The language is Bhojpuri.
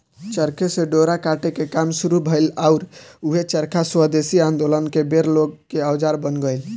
चरखे से डोरा काटे के काम शुरू भईल आउर ऊहे चरखा स्वेदेशी आन्दोलन के बेर लोग के औजार बन गईल